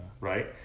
Right